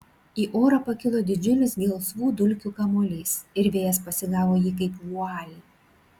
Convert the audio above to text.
į orą pakilo didžiulis gelsvų dulkių kamuolys ir vėjas pasigavo jį kaip vualį